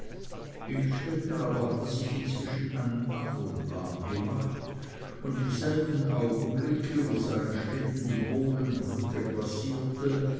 innstetten aber hatte sich inzwischen einen anderen plan gemacht und im selben augenblick wo sein schlitten die bohlenbrücke passierte